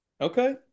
Okay